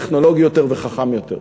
טכנולוגי יותר וחכם יותר.